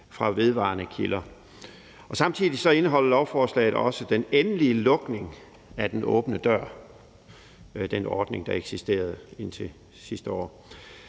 fra vedvarende kilder. Samtidig indeholder lovforslaget også den endelige lukning af den åbne dør, altså den ordning, der eksisterede indtil sidste år.